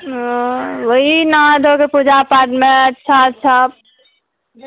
वही नहा धोकऽ पूजा पाठमऽ अच्छा अच्छा